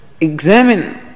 examine